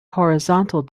horizontal